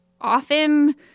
often